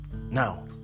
Now